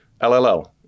LLL